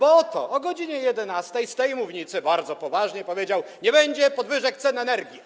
Oto o godz. 11 z tej mównicy bardzo poważnie powiedział: nie będzie podwyżek cen energii.